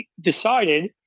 decided